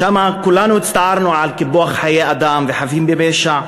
שם כולנו הצטערנו על קיפוח חיי אדם וחפים מפשע,